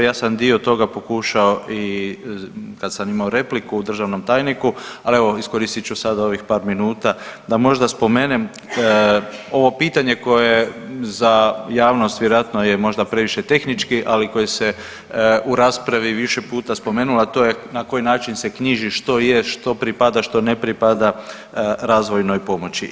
Ja sam dio toga pokušao i kad sam imao repliku državnom tajniku, ali evo iskoristit ću sada ovih par minuta da možda spomenem ovo pitanje koje za javnost je vjerojatno možda previše tehnički ali koje se u raspravi više puta spomenulo, a to je na koji način se knjiži što je, što pripada, što ne pripada razvojnoj pomoći.